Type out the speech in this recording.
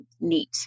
neat